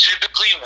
Typically